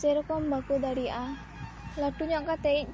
ᱥᱮᱨᱚᱠᱚᱢ ᱵᱟᱹᱠᱩ ᱫᱟᱲᱮᱭᱟᱜ ᱟ ᱞᱟᱹᱴᱩ ᱧᱚᱜ ᱠᱟᱛᱮᱫ